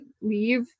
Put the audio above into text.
leave